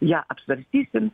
ją apsvarstysim